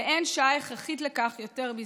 ואין שעה הכרחית לכך יותר מזו.